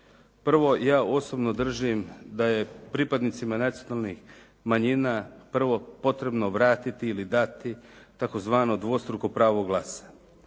Prvo, ja osobno držim da je pripadnicima nacionalnih manjina prvo potrebno vratiti ili dati tzv. dvostruko pravo glas.